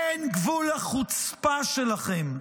אין גבול לחוצפה שלכם,